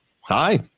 Hi